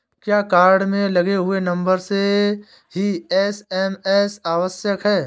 क्या कार्ड में लगे हुए नंबर से ही एस.एम.एस आवश्यक है?